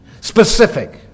Specific